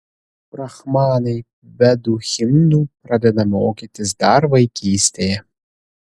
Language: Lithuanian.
brahmanai vedų himnų pradeda mokytis dar vaikystėje